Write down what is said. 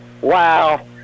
Wow